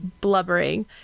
blubbering